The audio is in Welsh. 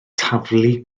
taflu